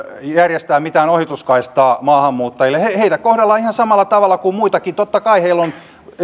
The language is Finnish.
järjestää mitään ohituskaistaa maahanmuuttajille heitä kohdellaan ihan samalla tavalla kuin muitakin totta kai heillä on